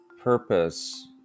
purpose